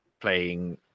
playing